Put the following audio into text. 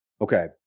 Okay